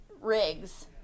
rigs